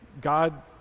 God